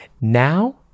Now